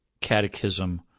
catechism